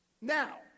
Now